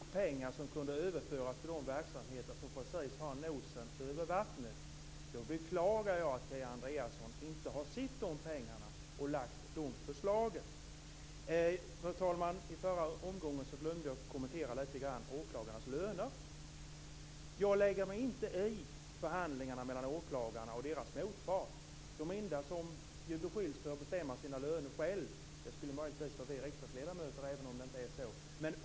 Fru talman! Kia Andreasson säger här att det nog finns pengar som kunde överföras till de verksamheter som har nosen precis över vattnet. Då beklagar jag att Kia Andreasson inte har sett de pengarna och lagt fram de förslagen. Fru talman! I förra omgången glömde jag att kommentera detta med åklagarnas löner. Jag lägger mig inte i förhandlingarna mellan åklagarna och deras motpart. De enda som beskylls för att bestämma sina löner själva skulle möjligtvis vara vi riksdagsledamöter, även om det inte är så.